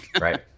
Right